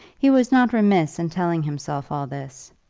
he was not remiss in telling himself all this.